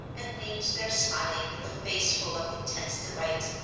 and leaned there smiling, with a face full of intense delight.